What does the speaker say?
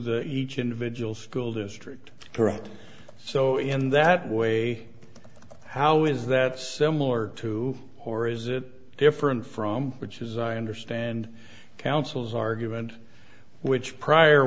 the each individual school district correct so in that way how is that similar to or is it different from which is i understand councils argument which prior